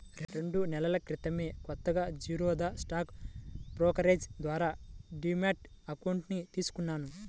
రెండు నెలల క్రితమే కొత్తగా జిరోదా స్టాక్ బ్రోకరేజీ ద్వారా డీమ్యాట్ అకౌంట్ తీసుకున్నాను